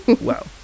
Wow